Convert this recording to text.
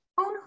own